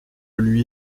lui